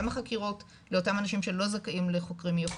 גם החקירות לאותם אנשים שלא זכאים לחוקרים מיוחדים,